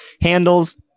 handles